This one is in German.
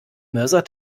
mörser